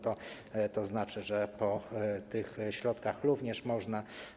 To znaczy, że po tych środkach również można.